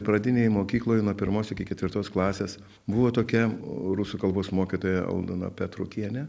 pradinėj mokykloj nuo pirmos iki ketvirtos klasės buvo tokia rusų kalbos mokytoja aldona petrukienė